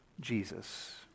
Jesus